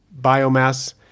biomass